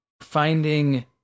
finding